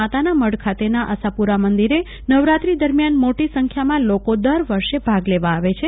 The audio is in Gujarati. માતાનામઢખાતેના આશાપુરા માતાના મંદિરે નવરાત્રી દરમિયાન મોટી સંખ્યાવમાં લોકો દર વર્ષે ભાગ લેવા આવે છે